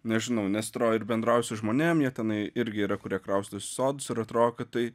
nežinau nes atrodo ir bendrauji su žmonėm jie tenai irgi yra kurie kraustos į sodus ir atrodo kad tai